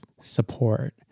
support